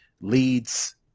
leads